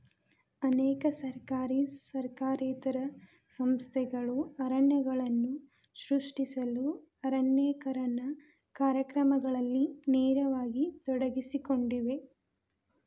ಅನೇಕ ಸರ್ಕಾರಿ ಸರ್ಕಾರೇತರ ಸಂಸ್ಥೆಗಳು ಅರಣ್ಯಗಳನ್ನು ಸೃಷ್ಟಿಸಲು ಅರಣ್ಯೇಕರಣ ಕಾರ್ಯಕ್ರಮಗಳಲ್ಲಿ ನೇರವಾಗಿ ತೊಡಗಿಸಿಕೊಂಡಿವೆ